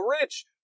Rich